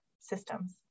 systems